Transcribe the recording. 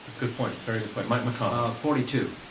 good point, very good point. mike mcconnell. forty-two.